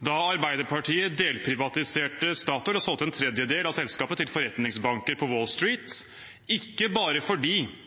da Arbeiderpartiet delprivatiserte Statoil og solgte en tredjedel av selskapet til forretningsbanker på Wall Street – ikke bare fordi